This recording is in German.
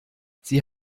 sie